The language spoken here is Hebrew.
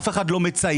אף אחד לא מצייץ,